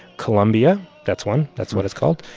columbia that's one. that's what it's called.